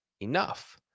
enough